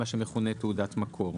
מה שמכונה תעודת מקור.